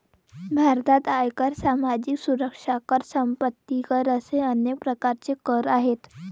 भारतात आयकर, सामाजिक सुरक्षा कर, संपत्ती कर असे अनेक प्रकारचे कर आहेत